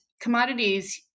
commodities